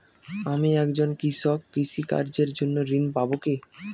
আমি একজন কৃষক কৃষি কার্যের জন্য ঋণ পাব কি?